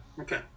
okay